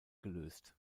gelöst